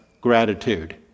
gratitude